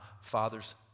father's